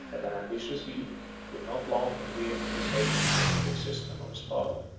that an ambitious youth would not long adhere to the sage and pacific system of his father.